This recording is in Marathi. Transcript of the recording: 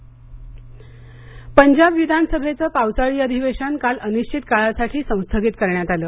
पंजाब अधिवेशन पंजाब विधानसभेचं पावसाळी अधिवेशन काल अनिश्वित काळासाठी संस्थगित करण्यात आलं